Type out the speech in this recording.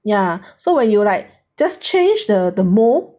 ya so when you like just change the the mold